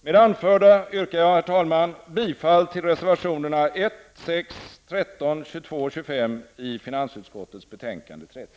Med det anförda yrkar jag, herr talman, bifall till reservationerna 1, 6, 13, 22 och 25 i finansutskottets betänkande 30.